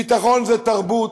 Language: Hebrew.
ביטחון זה תרבות,